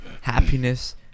happiness